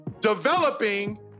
developing